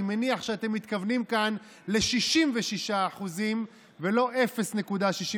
אני מניח שאתם מתכוונים כאן ל-66% ולא 0.66%,